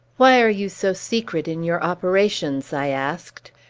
why are you so secret in your operations? i asked.